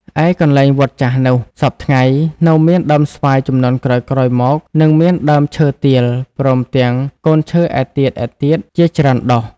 ឯកន្លែងវត្តចាស់នោះ សព្វថ្ងៃ នៅមានដើមស្វាយជំនាន់ក្រោយៗ មក និងមានដើមឈើទាល ព្រមទាំងកូនឈើឯទៀតៗជាច្រើនដុះ ។